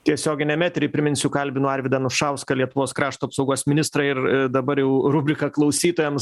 tiesioginiam etery priminsiu kalbinu arvydą anušauską lietuvos krašto apsaugos ministrą ir dabar jau rubrika klausytojams